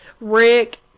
Rick